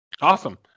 Awesome